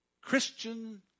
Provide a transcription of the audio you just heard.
Christian